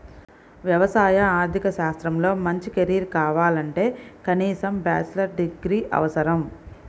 వ్యవసాయ ఆర్థిక శాస్త్రంలో మంచి కెరీర్ కావాలంటే కనీసం బ్యాచిలర్ డిగ్రీ అవసరం